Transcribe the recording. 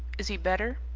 is he better?